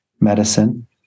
medicine